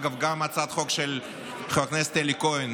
אגב, גם הצעת חוק של חבר הכנסת אלי כהן